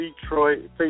Detroit